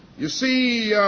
you see,